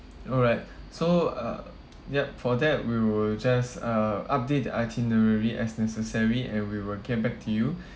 alright so uh yup for that we will just uh update the itinerary as necessary and we will get back to you